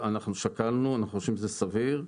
אנחנו שקלנו, אנחנו חושבים שזה סביר.